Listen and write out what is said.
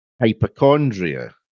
hypochondria